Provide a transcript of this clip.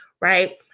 right